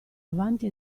avanti